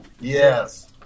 Yes